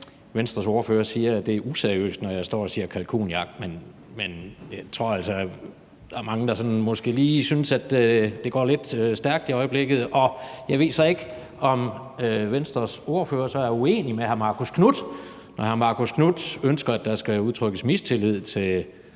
Venstres ordfører siger, at det er useriøst, når jeg står og siger kalkunjagt, men jeg tror altså, der er mange, der måske lige synes, at det går lidt stærkt i øjeblikket, og jeg ved så ikke, om Venstres ordfører er uenig med hr. Marcus Knuth, når hr. Marcus Knuth ønsker, at der skal udtrykkes mistillid til